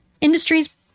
industries